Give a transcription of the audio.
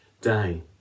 day